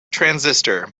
transistor